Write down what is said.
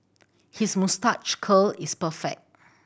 his moustache curl is perfect